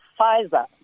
Pfizer